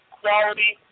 quality